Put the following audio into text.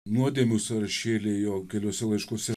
nuodėmių sąrašėliai jo keliuose laiškuose